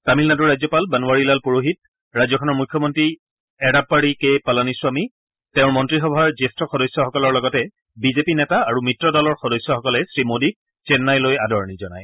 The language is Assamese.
তামিলনাডুৰ ৰাজ্যপাল বানৱাৰীলাল পুৰোহিত ৰাজ্যখনৰ মুখ্যমন্ত্ৰী এড়াপ্পাড়ী কে পালানিস্বামী তেওঁৰ মন্ত্ৰীসভাৰ জ্যেষ্ঠ সদস্যসকলৰ লগতে বিজেপি নেতা আৰু মিত্ৰ দলৰ সদস্যসকলে শ্ৰীমোদীক চেন্নাইলৈ আদৰণি জনায়